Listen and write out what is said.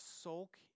sulk